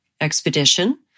expedition